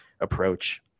approach